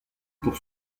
pour